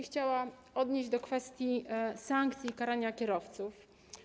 Chciałabym odnieść się do kwestii sankcji i karania kierowców.